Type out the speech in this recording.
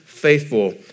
faithful